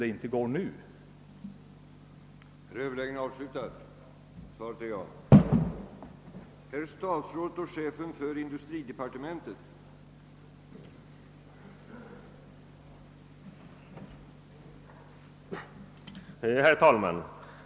det inte går att göra det nu.